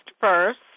first